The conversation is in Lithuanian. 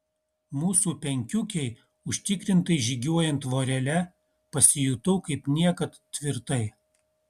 mūsų penkiukei užtikrintai žygiuojant vorele pasijutau kaip niekad tvirtai